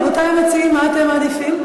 רבותי המציעים, מה אתם מעדיפים?